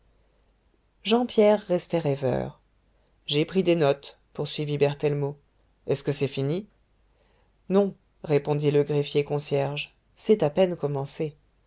jean pierre restait rêveur j'ai pris des notes poursuivit berthellemot est-ce que c'est fini non répondit le greffier concierge c'est à peine commencé